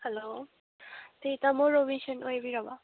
hello ꯁꯤ ꯇꯥꯃꯣ Robinson ꯑꯣꯏꯕꯤꯔꯕꯣ